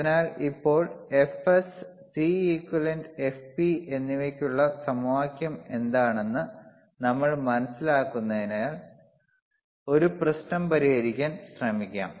അതിനാൽ ഇപ്പോൾ Fs Cequivalent Fp എന്നിവയ്ക്കുള്ള സമവാക്യം എന്താണെന്ന് നമ്മൾ മനസിലാക്കുന്നതിനാൽ ഒരു പ്രശ്നം പരിഹരിക്കാൻ ശ്രമിക്കാം